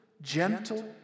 gentle